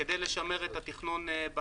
כדי לשמר את התכנון בענף.